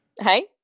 Hey